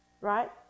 right